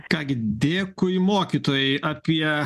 ką gi dėkui mokytojai apie